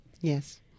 Yes